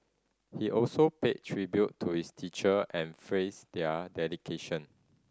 he also paid tribute to his teacher and frees their dedication